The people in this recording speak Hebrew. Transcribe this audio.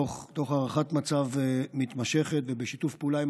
תוך הערכת מצב מתמשכת ובשיתוף פעולה עם